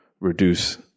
reduce